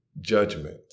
judgment